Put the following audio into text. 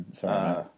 Sorry